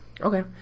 okay